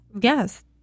yes